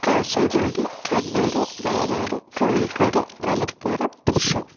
Kasaragod Kannur Wayanad Kozhikode Malappuram Thrissur